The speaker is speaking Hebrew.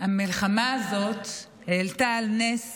המלחמה הזאת העלתה על נס